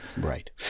Right